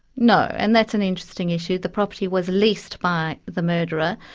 no, and that's an interesting issue. the property was leased by the murderer.